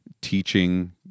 teaching